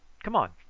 come on!